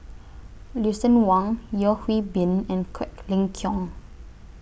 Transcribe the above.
Lucien Wang Yeo Hwee Bin and Quek Ling Kiong